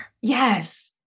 Yes